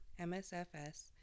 MSFS